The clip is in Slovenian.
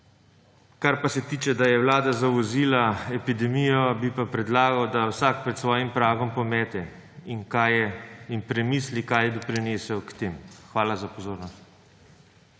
Kar pa se tiče, da je vlada zavozila epidemijo, bi pa predlagal, da vsak pred svojim pragom pomete in premisli, kaj je doprinesel k temu. Hvala za pozornost.